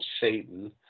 Satan